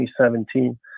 2017